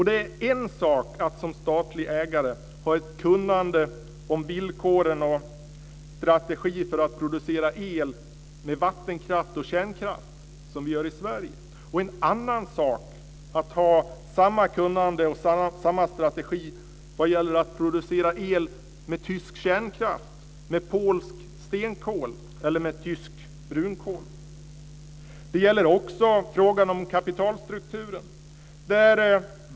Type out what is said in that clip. Det är också en sak att som statlig ägare ha ett kunnande om villkoren och strategier för att producera el med vattenkraft och kärnkraft, som vi gör i Sverige, och en annan sak att ha samma kunnande och samma strategier när det gäller att producera el med tysk kärnkraft, polsk stenkol eller tysk brunkol. Det gäller också frågan om kapitalstrukturen.